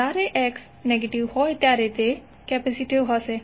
જ્યારે X negative હોય ત્યારે તે કેપેસિટીવ હશે